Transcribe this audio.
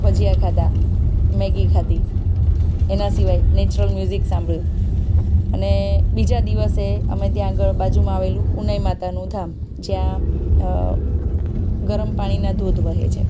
ભજીયા ખાધા મેગી ખાધી એના સિવાય નેચરલ મ્યુઝિક સાંભળ્યું અને બીજા દિવસે અમે ત્યાં આગળ બાજુમાં આવેલું ઉનાઈ માતાનું ધામ જ્યાં ગરમ પાણીના ધોધ વહે છે